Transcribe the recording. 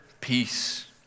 peace